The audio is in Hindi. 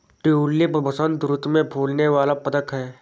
ट्यूलिप बसंत ऋतु में फूलने वाला पदक है